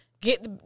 get